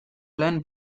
lehen